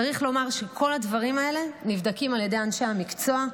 צריך לומר שכל הדברים האלה נבדקים על ידי אנשי המקצוע,